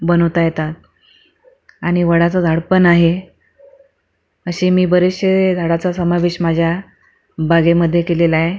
बनवता येतात आणि वडाचं झाडपण आहे असे मी बरेचसे झाडाचा समावेश माझ्या बागेमध्ये केलेला आहे